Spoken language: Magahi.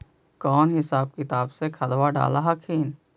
कौन हिसाब किताब से खदबा डाल हखिन?